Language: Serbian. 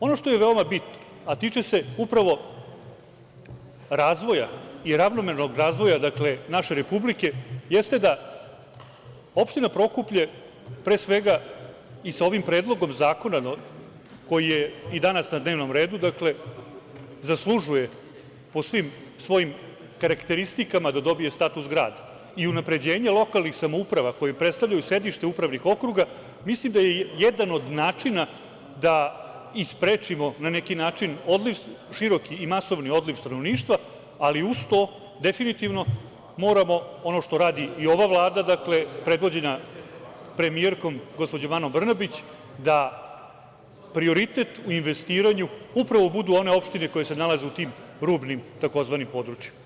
Ono što je veoma bitno a tiče se upravo razvoja i ravnomernog razvoja naše Republike jeste da opština Prokuplje pre svega i sa ovim Predlogom zakona, koji je i danas na dnevnom redu, zaslužuje po svim svojim karakteristikama da dobije status grada i unapređenje lokalnih samouprava, koje predstavljaju sedište upravnih okruga, mislim da je jedan od načina da i sprečimo na neki način široki i masovni odliv stanovništva, ali uz to definitivno moramo ono što radi i ova Vlada, predvođena premijerkom, gospođom Anom Brnabić, da prioritet u investiranju upravo budu one opštine koje se nalaze u tim rubnim tzv. područjima.